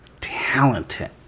talented